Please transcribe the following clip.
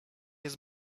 jest